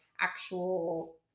actual